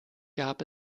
gab